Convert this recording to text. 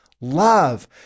love